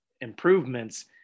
improvements